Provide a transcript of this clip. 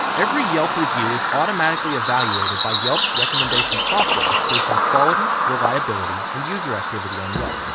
every yelp review is automatically evaluated by yelp's recommendation software based on quality, reliability and user activity on yelp.